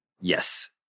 Yes